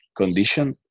condition